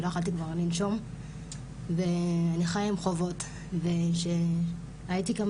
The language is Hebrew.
אני לא יכולתי כבר לנשום ואני חייה עם חובות ושהייתי כמה